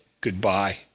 goodbye